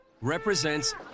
represents